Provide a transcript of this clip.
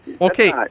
Okay